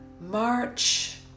March